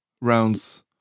rounds